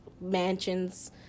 mansions